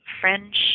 French